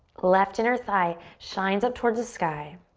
left inner thigh shines up towards the sky.